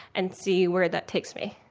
and see where that takes me.